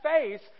face